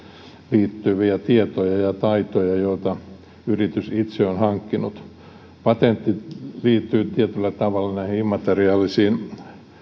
liittyviä tietoja ja taitoja joita yritys itse on hankkinut patentti liittyy tietyllä tavalla näihin immateriaalisiin